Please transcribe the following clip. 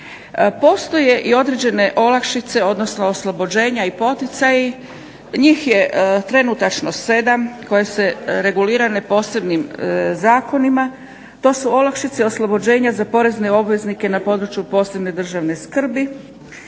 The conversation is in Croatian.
Postoje i određene olakšice, odnosno oslobođenja i poticaja. Njih je trenutačno sedam koje su regulirane posebnim zakonima. To su olakšice oslobođenja za porezne obveznike na području posebne državne skrbi,